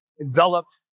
enveloped